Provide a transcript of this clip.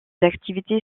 activités